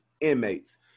inmates